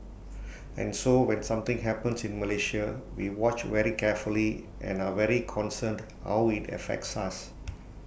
and so when something happens in Malaysia we watch very carefully and are very concerned how IT affects us